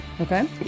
Okay